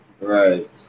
Right